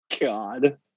God